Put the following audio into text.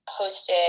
hosted